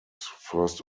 first